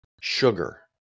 sugar